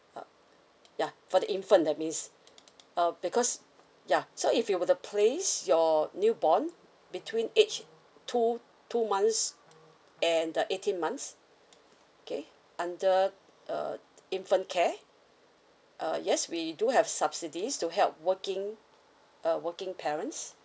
uh ya for the infant that means uh because yeah so if you were to place your new born between age two two months and uh eighteen months okay under uh infant care uh yes we do have subsidies to help working uh working parents